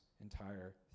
entire